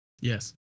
Yes